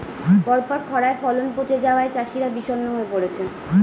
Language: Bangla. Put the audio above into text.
পরপর খড়ায় ফলন পচে যাওয়ায় চাষিরা বিষণ্ণ হয়ে পরেছে